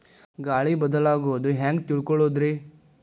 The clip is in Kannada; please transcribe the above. ಗಾಳಿ ಬದಲಾಗೊದು ಹ್ಯಾಂಗ್ ತಿಳ್ಕೋಳೊದ್ರೇ?